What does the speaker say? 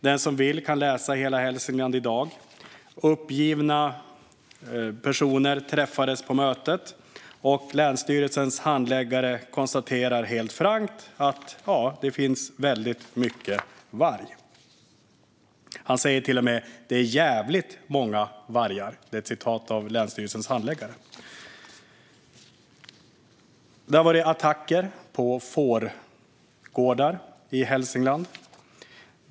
Den som vill kan läsa i helahälsingland.se i dag om att uppgivna personer träffades på mötet och att länsstyrelsens handläggare helt frankt konstaterade att det finns väldigt mycket varg. Han sa till och med: "Det är jävligt många vargar." Det har varit attacker på fårgårdar i Hälsingland.